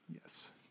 Yes